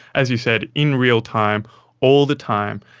as you said, in real time all the time,